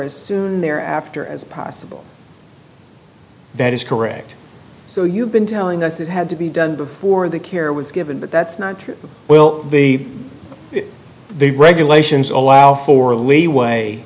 soon there after as possible that is correct so you've been telling us it had to be done before the care was given but that's not true well the the regulations allow for leeway